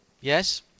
Yes